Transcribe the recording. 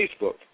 Facebook